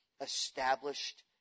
established